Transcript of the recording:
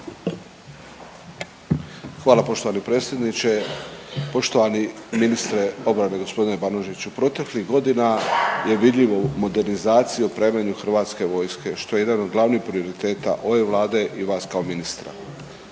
Hvala poštovani predsjedniče. Poštovani ministre obrane gospodine Banožiću, proteklih godina je vidljiva modernizacija u opremanju Hrvatske vojske što je jedan od glavnih prioriteta ove Vlade i vas kao ministra.